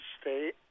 state